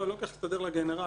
לא כל כך הסתדר לה גנרל,